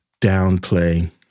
downplay